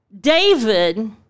David